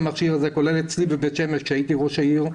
כולל אצלי בבית שמש כשהייתי ראש העיר.